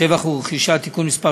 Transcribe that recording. (שבח ורכישה) (תיקון מס'